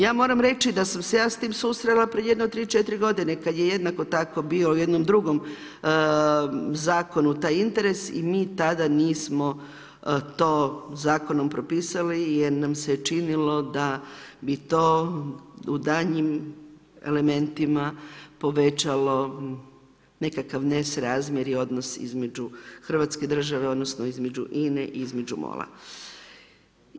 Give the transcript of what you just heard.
Ja moram reći da sam se ja s tim susrela pred jedno 3, 4 godine kad je jednako tako bio u jednom drugom zakonu taj interes i mi tada nismo to zakonom propisali jer nam se činilo da bi to u daljnjim elementima povećalo nekakav nesrazmjer i odnos između hrvatske države odnosno INA-e i između MOL-a.